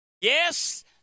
Yes